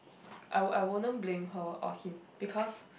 I would I wouldn't blame her or him because